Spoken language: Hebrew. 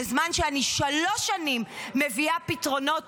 בזמן שאני שלוש שנים מביאה פתרונות